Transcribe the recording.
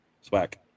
swag